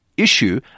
issue